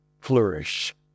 flourish